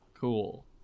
cool